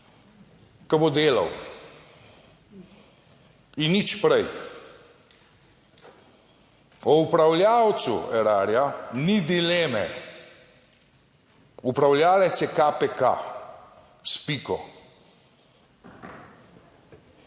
ko bo delal in nič prej. O upravljavcu Erarja ni dileme, upravljavec je KPK, s piko.